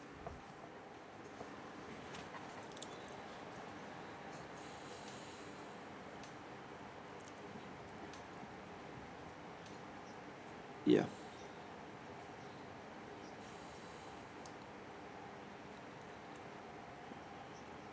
ya